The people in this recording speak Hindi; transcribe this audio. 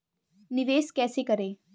निवेश कैसे करें?